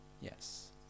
yes